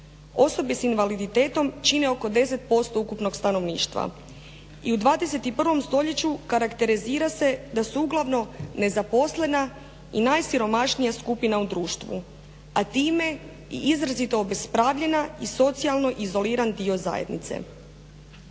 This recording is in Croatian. Osobe s invaliditetom čine oko 10% ukupnog stanovništva i u 21. stoljeću karakterizira se da su uglavnom nezaposlena i najsiromašnija skupina u društvu, a time i izrazito obespravljena i socijalno izoliran dio zajednice.